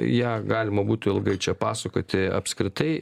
ją galima būtų ilgai čia pasakoti apskritai